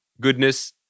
goodness